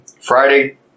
Friday